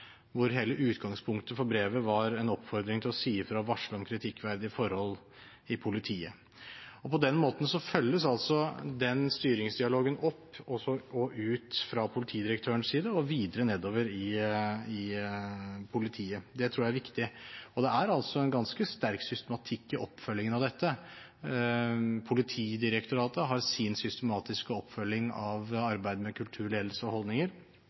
Hele utgangspunktet for brevet var en oppfordring til å si ifra, varsle om kritikkverdige forhold i politiet. På den måten følges styringsdialogen opp også fra politidirektørens side og videre nedover i politiet. Det tror jeg er viktig. Det er en ganske sterk systematikk i oppfølgingen av dette. Politidirektoratet har sin systematiske oppfølging av arbeidet med kultur, ledelse og holdninger.